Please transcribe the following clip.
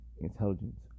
intelligence